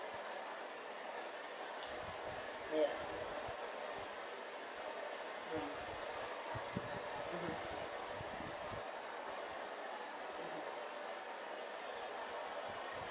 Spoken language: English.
ya mm mmhmm